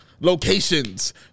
locations